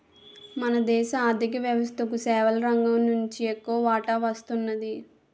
మన దేశ ఆర్ధిక వ్యవస్థకు సేవల రంగం నుంచి ఎక్కువ వాటా వస్తున్నది